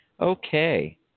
Okay